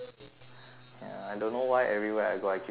ya I don't know why everywhere I go I keep getting scolded